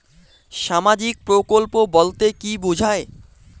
সামাজিক প্রকল্প বলতে কি বোঝায়?